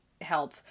help